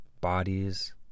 bodies